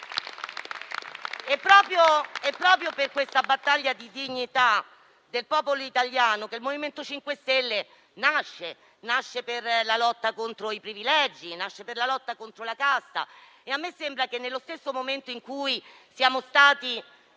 È proprio per questa battaglia di dignità del popolo italiano che il MoVimento 5 Stelle nasce; nasce per la lotta contro i privilegi e contro la casta. A me sembra che, nello stesso momento in cui siamo stati